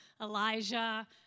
Elijah